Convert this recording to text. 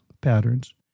patterns